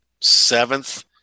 seventh